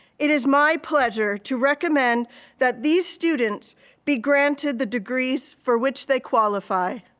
it is my pleasure to recommend that these students be granted the degrees for which they qualify.